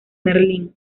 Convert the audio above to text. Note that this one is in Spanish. merlín